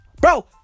Bro